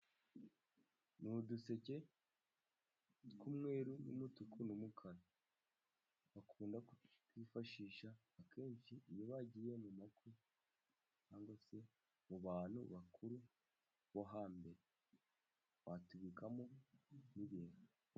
Ni uduseke tw'umweru n'umutuku n'umukara, bakunda ku twifashisha akenshi iyo bagiye mu makwe cyangwa se mu bantu bakuru bo hambere watubikamo n'ibintu.